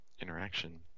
interaction